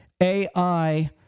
AI